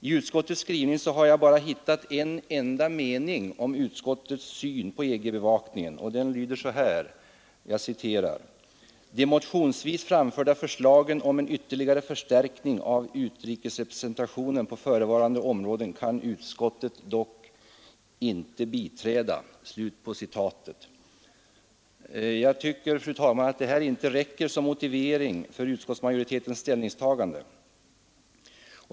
I utskottets skrivning har jag bara hittat en enda mening om utskottets syn på EG-bevakningen, och den lyder så här: ”De motionsvis framförda förslagen om ytterligare förstärkning av utrikesrepresentationen på förevarande områden kan utskottet dock inte biträda.” Jag tycker, fru talman, att detta inte räcker som motivering för utskottsmajoritetens ställningstagande.